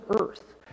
earth